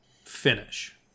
finish